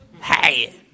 Hey